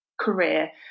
career